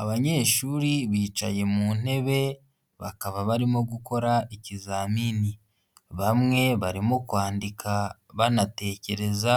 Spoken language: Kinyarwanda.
Abanyeshuri bicaye mu ntebe, bakaba barimo gukora ikizamini, bamwe barimo kwandika banatekereza